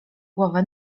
głowę